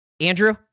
Andrew